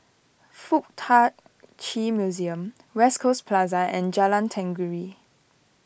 Fuk Tak Chi Museum West Coast Plaza and Jalan Tenggiri